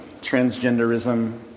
transgenderism